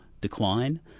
decline